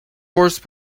horse